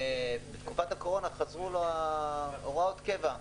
שבתקופת הקורונה חזרו לו הוראות הקבע.